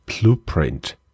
blueprint